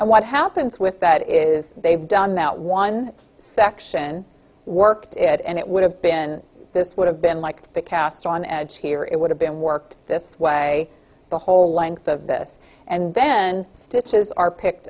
and what happens with that is they've done that one section worked it and it would have been this would have been like the castro on the edge here it would have been worked this way the whole length of this and then stitches are picked